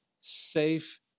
safe